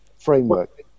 framework